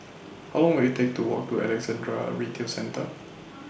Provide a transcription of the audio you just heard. How Long Will IT Take to Walk to Alexandra Retail Centre